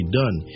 done